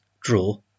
draw